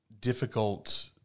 difficult